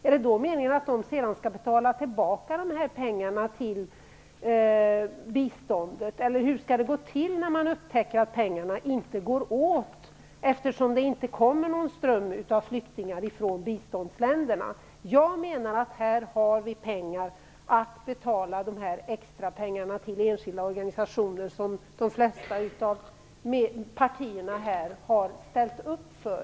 Är det meningen att man därifrån sedan skall betala tillbaka dessa pengar till biståndsverksamheten, eller hur skall det gå till när man upptäcker att pengarna inte går åt, därför att det inte kommer någon ström av flyktingar från mottagarländerna? Jag menar att vi här redan nu har medel för att betala extrapengarna till de enskilda organisationer som de flesta av partierna här har ställt upp för.